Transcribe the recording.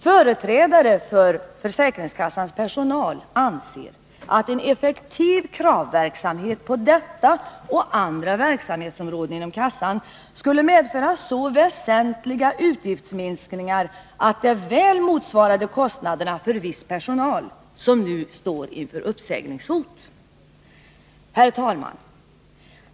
Företrädare för försäkringskassornas personal anser att en effektiv kravverksamhet på detta och andra verksamhetsområden inom kassan skulle medföra så väsentliga utgiftsminskningar, att det väl motsvarade kostnaderna för viss personal, som nu står inför uppsägningshot. Herr talman!